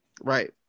Right